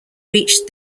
reached